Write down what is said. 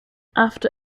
after